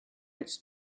its